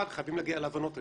אבל חייבים להגיע להבנות היום.